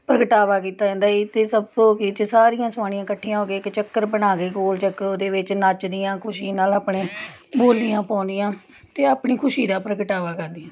ਪ੍ਰਗਟਾਵਾ ਕੀਤਾ ਜਾਂਦਾ ਸੀ ਅਤੇ ਇੱਥੇ ਸਾਰੀਆਂ ਸੋਹਾਣੀਆਂ ਇਕੱਠੀਆਂ ਹੋ ਕੇ ਇੱਕ ਚੱਕਰ ਬਣਾ ਕੇ ਗੋਲ ਚੱਕਰ ਉਹਦੇ ਵਿੱਚ ਨੱਚਦੀਆਂ ਖੁਸ਼ੀ ਨਾਲ ਆਪਣੇ ਬੋਲੀਆਂ ਪਾਉਂਦੀਆਂ ਅਤੇ ਆਪਣੀ ਖੁਸ਼ੀ ਦਾ ਪ੍ਰਗਟਾਵਾ ਕਰਦੀਆਂ